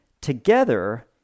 together